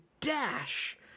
dash